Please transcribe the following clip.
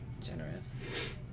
generous